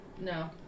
no